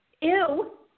ew